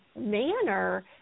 manner